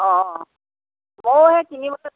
অ' ময়ো সেই কিনি